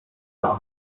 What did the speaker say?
auch